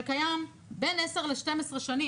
שפועל בין עשר ל-12 שנים,